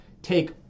Take